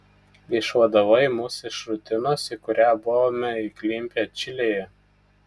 išvadavai mus iš rutinos į kurią buvome įklimpę čilėje